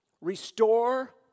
Restore